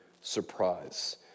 surprise